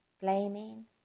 blaming